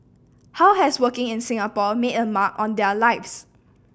how has working in Singapore made a mark on their lives